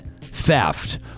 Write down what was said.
theft